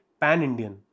pan-Indian